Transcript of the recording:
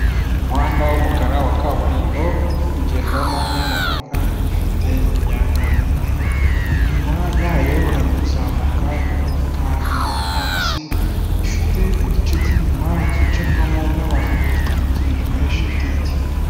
Umuhanda w'umukara wa kaburimbo uri kugendwamo n'imodoka ifite imyanya ine, inyuma yayo hari kuzamuka imodoka ya polisi ifite igice cy'inyuma cyicarwamo n'abantu gitwikirijwe shitingi.